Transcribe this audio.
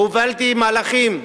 הובלתי מהלכים,